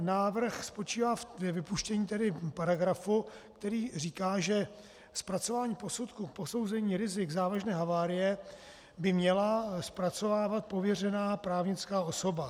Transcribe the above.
Návrh spočívá ve vypuštění paragrafu, který říká, že zpracování posudku k posouzení rizik závažné havárie by měla zpracovávat pověřená právnická osoba.